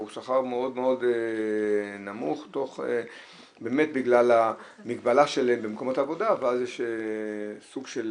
הוא שכר מאוד מאוד נמוך בגלל המגבלה של מקומות העבודה ואז יש סוג של